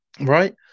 Right